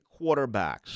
quarterbacks